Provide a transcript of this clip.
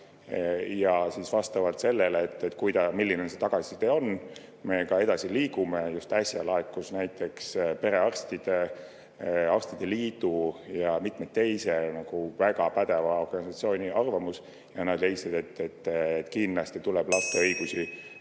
ja vastavalt sellele, milline on see tagasiside, me ka edasi liigume. Just äsja laekus näiteks perearstide, arstide liidu ja mitme teise väga pädeva organisatsiooni arvamus ja nad leidsid, et kindlasti tuleb laste õigusi